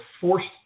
forced